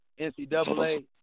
NCAA